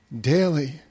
daily